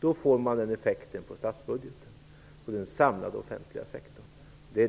Då blir det den effekten på statsbudgeten, på den samlade offentliga sektorn.